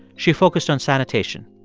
she focused on sanitation.